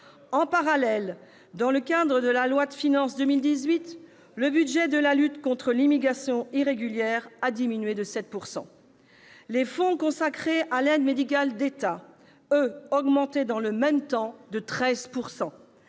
En parallèle, dans le cadre de la loi de finances pour 2018, le budget de la lutte contre l'immigration irrégulière a diminué de 7 %. Les fonds consacrés à l'aide médicale de l'État, eux, ont augmenté dans le même temps de 13